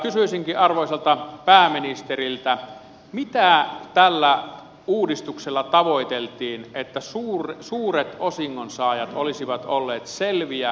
kysyisinkin arvoisalta pääministeriltä mitä tällä uudistuksella tavoiteltiin että suuret osingonsaajat olisivat olleet selviä hyötyjiä